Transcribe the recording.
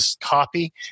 copy